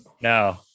no